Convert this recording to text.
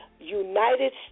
United